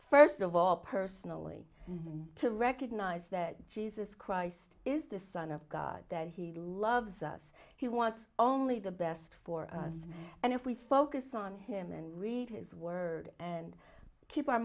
first of all personally to recognize that jesus christ is the son of god that he loves us he wants only the best for us and if we focus on him and read his word and keep our